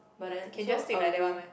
but then also I'll do